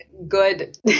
good